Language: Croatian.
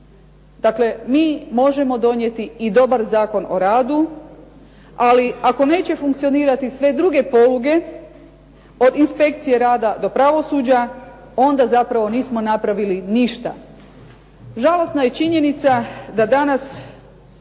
Dakle, mi možemo donijeti i dobar Zakon o radu. Ali ako neće funkcionirati sve druge poluge od inspekcije rada do pravosuđa onda zapravo nismo napravili ništa. Žalosna je činjenica da danas